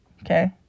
Okay